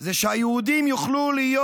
זה שהיהודים יוכלו להיות,